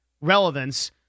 relevance